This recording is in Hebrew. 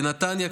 בנתניה,